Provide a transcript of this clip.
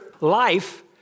life